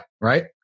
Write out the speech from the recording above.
right